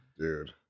Dude